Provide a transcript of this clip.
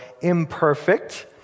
imperfect